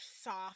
soft